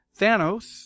Thanos